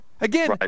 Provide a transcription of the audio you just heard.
Again